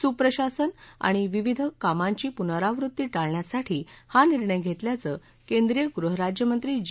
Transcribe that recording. सुप्रशासन आणि विविध कामांची पुनरावृत्ती टाळण्यासाठी हा निर्णय घेतल्याचं केंद्रीय गृहराज्यमंत्री जी